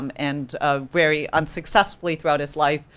um and ah very unsuccessfully, throughout his life,